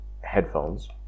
headphones